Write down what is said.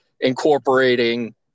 Incorporating